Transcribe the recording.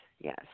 yes